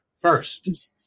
first